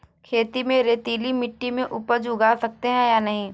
खेत में रेतीली मिटी में उपज उगा सकते हैं या नहीं?